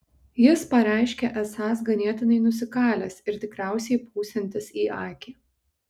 jis pareiškė esąs ganėtinai nusikalęs ir tikriausiai pūsiantis į akį